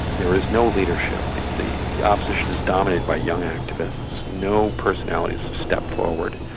there is no leadership, the opposition is dominated by young activists, no personality has stepped forward,